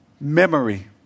memory